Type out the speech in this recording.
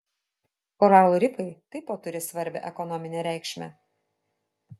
koralų rifai taip pat turi svarbią ekonominę reikšmę